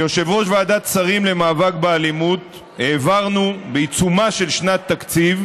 כיושב-ראש ועדת השרים למאבק באלימות העברנו בעיצומה של שנת תקציב,